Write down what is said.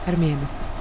ar mėnesius